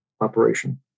operation